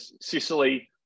Sicily